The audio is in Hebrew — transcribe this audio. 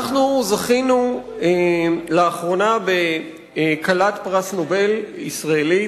אנחנו זכינו לאחרונה בכלת פרס נובל ישראלית,